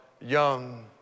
young